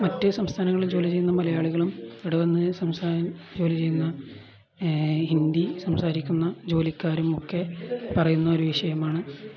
മറ്റു സംസ്ഥാനങ്ങളിൽ ജോലി ചെയ്യുന്ന മലയാളികളും ഇവിടെ വന്നു ജോലി ചെയ്യുന്ന ഹിന്ദി സംസാരിക്കുന്ന ജോലിക്കാരും ഒക്കെ പറയുന്ന ഒരു വിഷയമാണ്